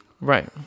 Right